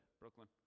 Brooklyn